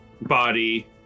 body